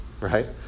Right